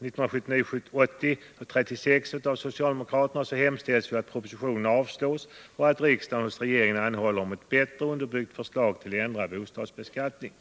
1979/80:36 av socialdemokraterna hemställs att propositionen avslås och att riksdagen hos regeringen anhåller om ett bättre underbyggt förslag till en ändrad bostadsbeskattning.